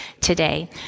today